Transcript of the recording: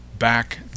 back